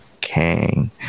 King